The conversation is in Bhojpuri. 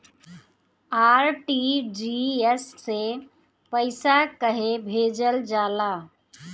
आर.टी.जी.एस से पइसा कहे भेजल जाला?